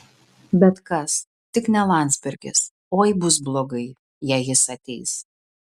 bet kas tik ne landsbergis oi bus blogai jei jis ateis